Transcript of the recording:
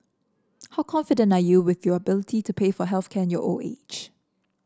how confident are you with your ability to pay for health care in your old age